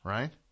Right